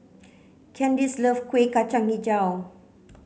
Candis love Kueh Kacang Hijau